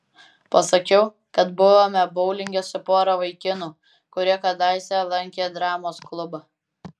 pasakiau kad buvome boulinge su pora vaikinų kurie kadaise lankė dramos klubą